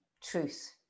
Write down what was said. truth